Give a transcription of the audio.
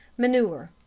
manure.